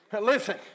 Listen